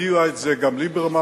הודיע את זה גם ליברמן,